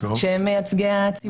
שהם מייצגי הציבור.